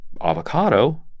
avocado